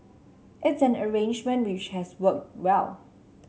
it's an arrangement which has worked well